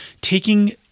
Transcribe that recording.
taking